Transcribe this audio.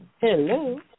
Hello